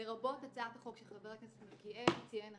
לרבות הצעת החוק שחבר הכנסת מלכיאלי ציין עכשיו,